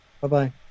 Bye-bye